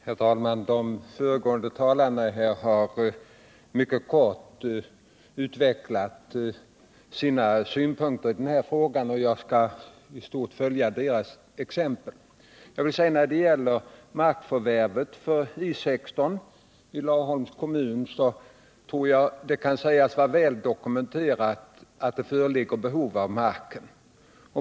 Herr talman! De föregående talarna har mycket kort utvecklat sina synpunkter i den här frågan, och jag skall i stort följa deras exempel. När det gäller markförvärvet för I 16 i Laholms kommun tror jag att det kan sägas vara väl dokumenterat att det föreligger behov av mark.